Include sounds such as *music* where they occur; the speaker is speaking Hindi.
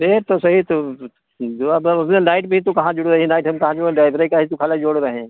रेट तो सही तो जो अब उसमें नाइट भी तो कहाँ जुड़ गई है नाइट हम कहाँ *unintelligible* ड्राइबरे का ही तो खाली जोड़ रहें